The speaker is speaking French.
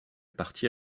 partie